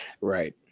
Right